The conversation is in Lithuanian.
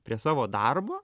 prie savo darbo